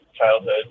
childhood